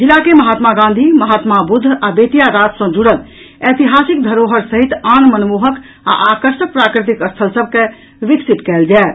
जिला के महात्मा गांधी महात्मा बुद्ध आ बेतिया राज सँ जुड़ल ऐतिहासिक धरोहर सहित आन मनमोहक आ आकर्षक प्राकृतिक स्थल सभ के विकसित कयल जायत